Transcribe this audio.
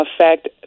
affect